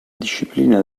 disciplina